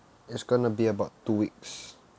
it's gonna be about two weeks